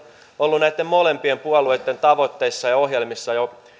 ollut näitten molempien puolueitten tavoitteissa ja ohjelmissa jo